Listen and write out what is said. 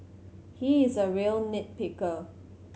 he is a real nit picker